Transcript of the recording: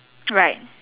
right